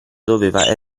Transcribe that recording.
doveva